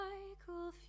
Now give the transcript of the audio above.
Michael